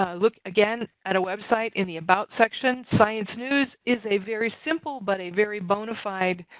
ah look, again, at a website in the about section. science news is a very simple but a very bonafide